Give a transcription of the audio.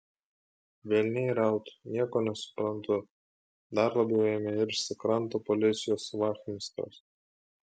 velniai rautų nieko nesuprantu dar labiau ėmė irzti kranto policijos vachmistras